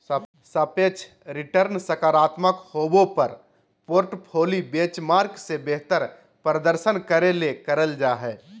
सापेक्ष रिटर्नसकारात्मक होबो पर पोर्टफोली बेंचमार्क से बेहतर प्रदर्शन करे ले करल जा हइ